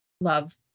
love